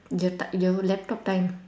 your ti~ your laptop time